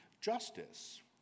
Justice